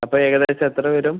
അപ്പോൾ ഏകദേശം എത്ര വരും